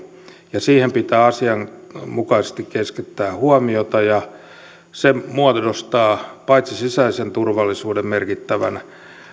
ja siihen pitää asianmukaisesti keskittää huomiota se muodostaa paitsi sisäisen turvallisuuden merkittävän